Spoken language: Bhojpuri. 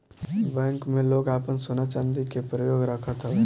बैंक में लोग आपन सोना चानी के बंधक रखत हवे